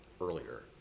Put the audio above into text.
earlier